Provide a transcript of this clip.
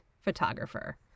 photographer